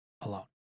alone